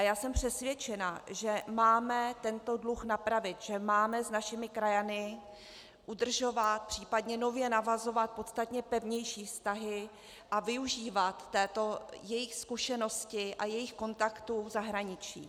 Já jsem přesvědčena, že máme tento dluh napravit, že máme s našimi krajany udržovat, případně nově navazovat podstatně pevnější vztahy a využívat této jejich zkušenosti a jejich kontaktů v zahraničí.